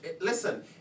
Listen